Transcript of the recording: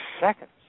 seconds